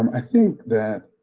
i think,